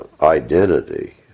identity